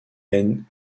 and